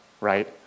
right